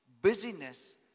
Busyness